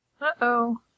Uh-oh